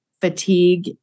fatigue